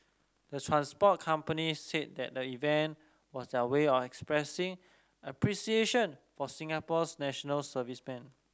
the transport companies said that the event was their way of expressing appreciation for Singapore's national servicemen